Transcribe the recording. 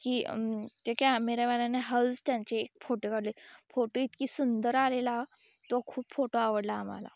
की त्या कॅमेरावालाने हळूच त्यांचे फोटो काढले फोटो इतकी सुंदर आलेला तो खूप फोटो आवडला आम्हाला